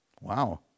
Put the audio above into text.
Wow